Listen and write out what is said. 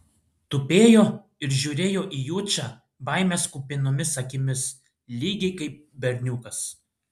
tupėjo ir žiūrėjo į jučą baimės kupinomis akimis lygiai kaip berniukas